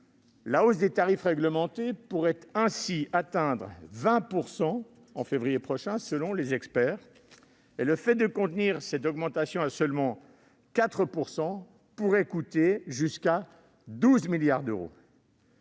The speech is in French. La hausse des tarifs réglementés pourrait ainsi atteindre 20 % en février prochain selon les experts, et le fait de contenir cette augmentation à seulement 4 % pourrait coûter jusqu'à 12 milliards d'euros,